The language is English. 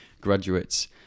graduates